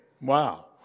Wow